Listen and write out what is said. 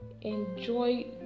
enjoy